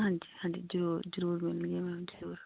ਹਾਂਜੀ ਹਾਂਜੀ ਜ਼ਰੂਰ ਜ਼ਰੂਰ ਮਿਲਾਂਗੇ ਮੈਮ ਜ਼ਰੂਰ